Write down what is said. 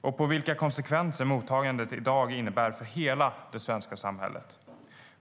och vilka konsekvenser mottagandet i dag får för hela det svenska samhället.